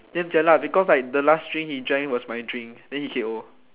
damn jialat because like the last drink he drank was my drink then he K_O